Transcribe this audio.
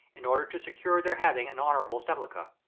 in order to secure their having an honourable sepulture.